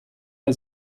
bei